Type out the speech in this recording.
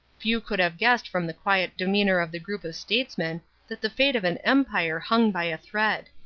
few could have guessed from the quiet demeanour of the group of statesmen that the fate of an empire hung by a thread.